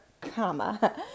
comma